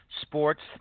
sports